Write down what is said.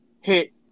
hit